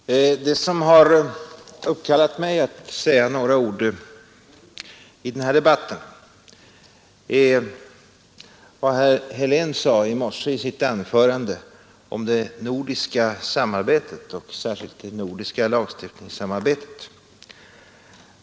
Herr talman! Det som har uppkallat mig till att säga några ord i den här debatten är herr Heléns anförande i morse, där han talade om det nordiska samarbetet, särskilt det nordiska lagstiftningssamarbetet.